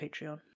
Patreon